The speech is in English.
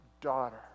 daughter